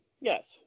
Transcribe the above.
yes